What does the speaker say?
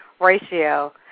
ratio